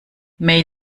made